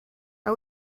how